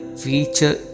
feature